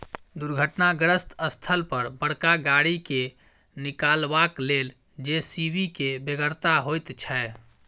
दुर्घटनाग्रस्त स्थल पर बड़का गाड़ी के निकालबाक लेल जे.सी.बी के बेगरता होइत छै